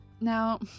now